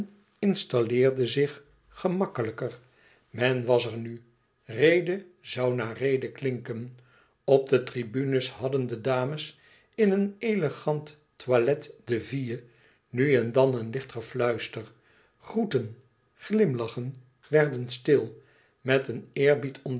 installeerde zich gemakkelijker men was er nu rede zoû na rede klinken op de tribunes hadden de dames in een elegant toilette de ville nu en dan een licht gefluister groeten glimlachen werden stil met een eerbied